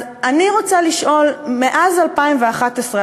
אז אני רוצה לשאול: מאז 2011,